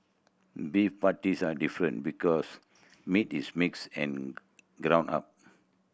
beef patties are different because meat is mixed and ground up